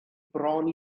bron